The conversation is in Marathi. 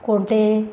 कोणते